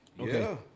Okay